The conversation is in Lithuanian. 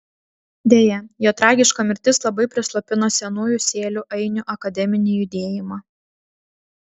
deja jo tragiška mirtis labai prislopino senųjų sėlių ainių akademinį judėjimą